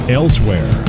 elsewhere